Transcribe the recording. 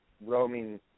roaming